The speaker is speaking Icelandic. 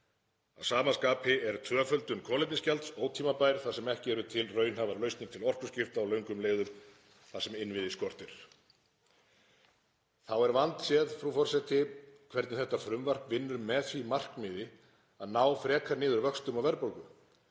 Að sama skapi er tvöföldun kolefnisgjalds ótímabær þar sem ekki eru til raunhæfar lausnir til orkuskipta á löngum leiðum þar sem innviði skortir. Þá er vandséð, frú forseti, hvernig þetta frumvarp vinnur með því markmiði að ná frekar niður vöxtum og verðbólgu